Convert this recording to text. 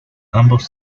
ambos